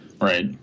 right